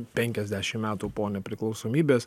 penkiasdešim metų po nepriklausomybės